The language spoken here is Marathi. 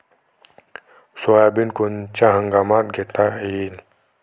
सोयाबिन कोनच्या हंगामात घेता येईन?